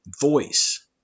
voice